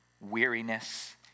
weariness